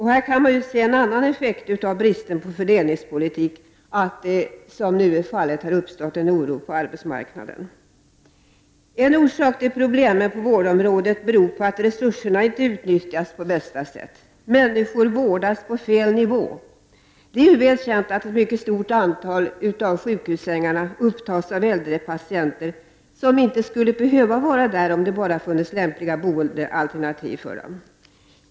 Här kan man se en annan effekt av bristerna i fördelningspolitiken, när det nu har uppstått oro på arbetsmarknaden. En orsak till problemen på vårdområdet är att resurserna inte utnyttjas på bästa sätt. Människor vårdas på fel nivå. Det är väl känt att ett mycket stort antal av sjukhussängarna upptas av äldre patienter, som inte skulle behöva vara där om det bara funnes lämpliga boendealternativ för dem.